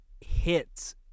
hits